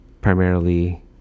primarily